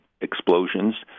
explosions